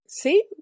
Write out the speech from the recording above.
See